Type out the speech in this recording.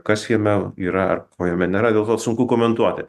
kas jame yra ar ko jame nėra dėl to sunku komentuoti